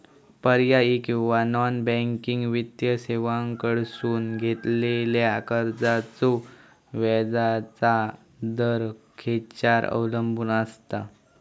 पर्यायी किंवा non banking वित्तीय सेवांकडसून घेतलेल्या कर्जाचो व्याजाचा दर खेच्यार अवलंबून आसता?